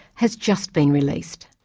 has just been released.